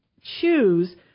choose